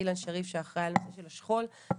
אילן שריף שאחראי על הנושא של השכול משפחות,